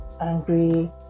Angry